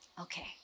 Okay